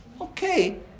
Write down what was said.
okay